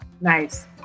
Nice